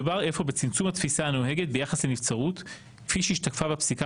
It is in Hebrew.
מדובר בצמצום התפיסה הנוהגת ביחס לנבצרות כפי שהשתקפה בפסיקה